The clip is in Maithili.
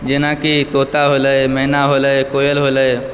जेनाकि तोता होलय मैना होलय कोयल होलय